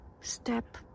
step